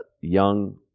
young